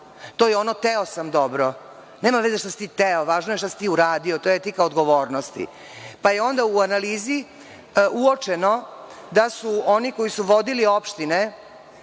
To je ono – hteo sam, dobro. Nema veze što si ti hteo, važno je šta si ti uradio, to je etika odgovornosti. Pa je onda u analizi uočeno da su oni koji su vodili opštine